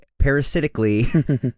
parasitically